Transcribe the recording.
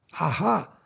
Aha